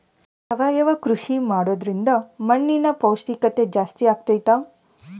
ಸಾವಯವ ಕೃಷಿ ಮಾಡೋದ್ರಿಂದ ಮಣ್ಣಿನ ಪೌಷ್ಠಿಕತೆ ಜಾಸ್ತಿ ಆಗ್ತೈತಾ?